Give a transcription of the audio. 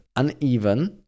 Uneven